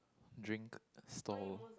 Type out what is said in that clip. drink stall